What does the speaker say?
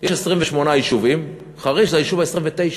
יש 28 יישובים, חריש הוא היישוב ה-29,